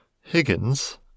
Higgins